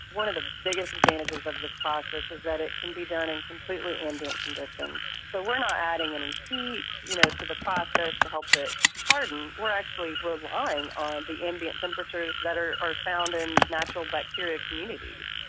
one of the biggest advantages of this process is that it can be done in completely ambient conditions. so we are not adding any heat you know to the process to help it harden, we are actually relying on the ambient temperatures that are are found in natural bacteria communities.